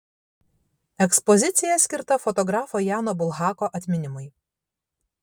ekspozicija skirta fotografo jano bulhako atminimui